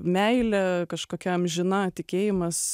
meilė kažkokia amžina tikėjimas